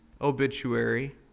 obituary